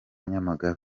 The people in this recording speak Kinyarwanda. nyamagabe